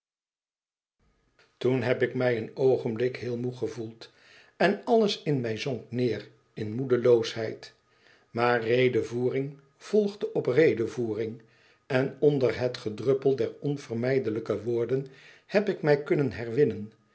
toen heb ik mij een oogenblik heel moê gevoeld en alles in mij zonk neêr in moedeloosheid maar redevoering volgde op redevoering en onder het gedruppel der onvermijdelijke woorden heb ik mij kunnen herwinnen